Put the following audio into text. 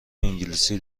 انگلیسی